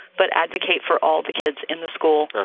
but advocate for all the kids in the school.